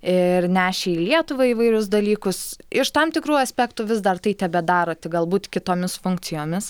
ir nešė į lietuvą įvairius dalykus iš tam tikrų aspektų vis dar tai tebedaro tik galbūt kitomis funkcijomis